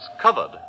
covered